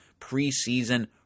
preseason